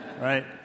Right